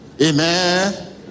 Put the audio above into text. Amen